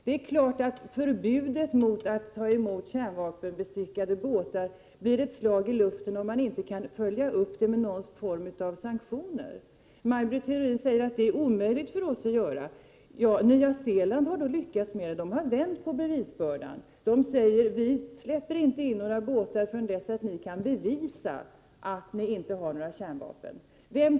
Det är klart att förbudet mot att ta emot kärnvapenbestyckade fartyg blir ett slag iluften, om man inte kan följa upp det med någon form av sanktioner. Maj Britt Theorin säger att det är omöjligt för oss. Men Nya Zeeland har då lyckats. Man har vänt på bevisbördan och säger att man inte släpper in några båtar förrän de kan bevisa att det inte finns kärnvapen ombord.